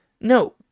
No